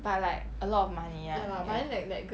but like ya a lot of money ya and